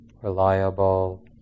reliable